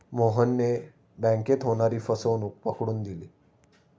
मोहनने बँकेत होणारी फसवणूक पकडून दिली